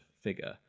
figure